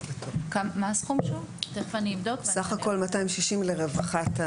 סך הכול 260 לרווחה.